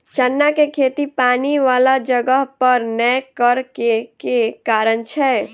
चना केँ खेती पानि वला जगह पर नै करऽ केँ के कारण छै?